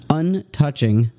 untouching